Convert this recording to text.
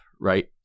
right